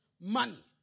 money